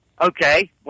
Okay